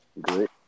good